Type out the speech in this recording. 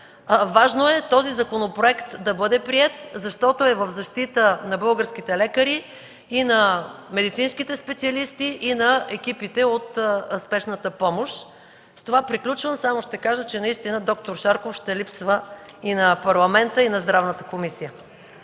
важно е този законопроект да бъде приет, защото е в защита на българските лекари и медицинските специалисти, и на екипите от Спешната помощ. С това приключвам. Само ще кажа, че наистина доктор Шарков ще липсва и на Парламента, и на Здравната комисия.